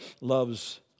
loves